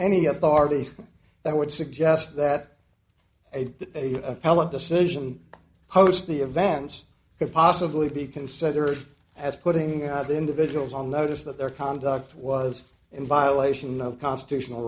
any authority that would suggest that a appellant decision host the events could possibly be considered as putting out individuals on notice that their conduct was in violation of constitutional